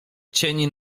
cień